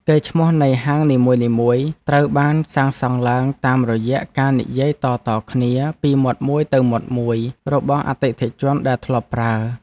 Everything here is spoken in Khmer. កេរ្តិ៍ឈ្មោះនៃហាងនីមួយៗត្រូវបានសាងសង់ឡើងតាមរយៈការនិយាយតៗគ្នាពីមាត់មួយទៅមាត់មួយរបស់អតិថិជនដែលធ្លាប់ប្រើ។